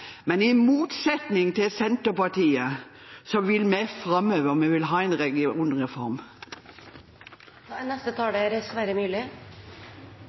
men i motsetning til Senterpartiet vil vi framover, og vi vil ha en